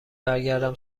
برگردم